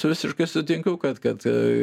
visiškai sutinku kad kad